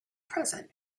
present